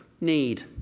need